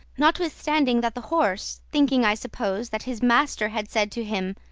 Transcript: notwithstanding that the horse, thinking, i suppose, that his master had said to him,